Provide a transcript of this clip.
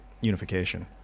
unification